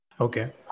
Okay